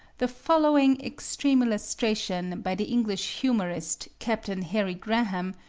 the following extreme illustration, by the english humorist, captain harry graham,